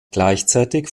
gleichzeitig